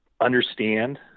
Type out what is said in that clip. understand